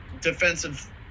defensive